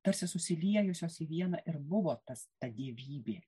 tarsi susiliejusios į vieną ir buvo tas ta dievybė